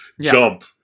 Jump